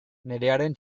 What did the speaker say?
nerearen